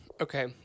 Okay